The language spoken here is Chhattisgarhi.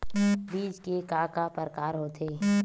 बीज के का का प्रकार होथे?